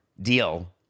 deal